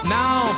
now